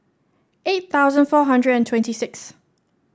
eight thousand four hundred and twenty sixth